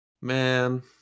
Man